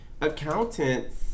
accountants